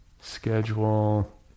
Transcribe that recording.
schedule